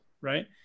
right